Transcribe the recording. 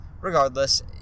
regardless